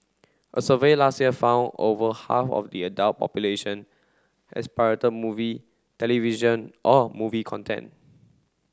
a survey last year found over half of the adult population has pirated movie television or movie content